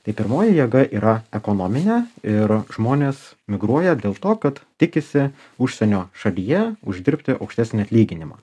tai pirmoji jėga yra ekonominė ir žmonės migruoja dėl to kad tikisi užsienio šalyje uždirbti aukštesnį atlyginimą